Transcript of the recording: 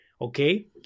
Okay